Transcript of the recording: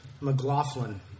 McLaughlin